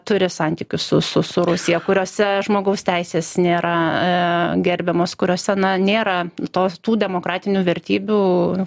turi santykius su su su rusija kuriose žmogaus teisės nėra gerbiamos kuriose na nėra tos tų demokratinių vertybių